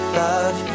love